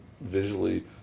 visually